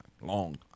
Long